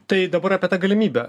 tai dabar apie tą galimybę